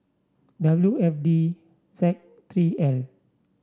W F D Z three L